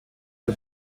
der